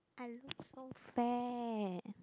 I look so fat